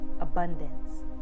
Abundance